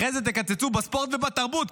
אחרי זה תקצצו בספורט ובתרבות,